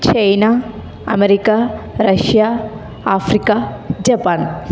China America Russia Africa Japan